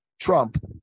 Trump